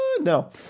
No